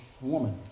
woman